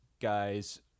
guys